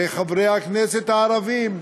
זה חברי הכנסת הערבים,